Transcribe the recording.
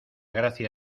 gracia